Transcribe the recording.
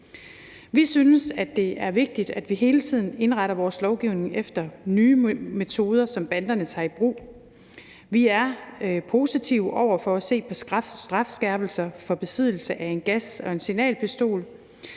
Vi synes, at det er vigtigt, at vi hele tiden indretter vores lovgivning efter nye metoder, som banderne tager i brug, og vi er positive over for at se på strafskærpelser for besiddelse af en gas- eller signalpistol,